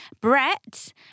Brett